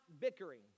bickering